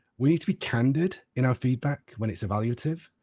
we need to be candid in our feedback when it is evaluative,